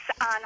on